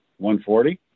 140